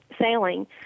sailing